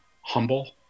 humble